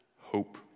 hope